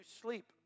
sleep